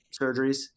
surgeries